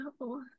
No